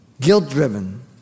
Guilt-driven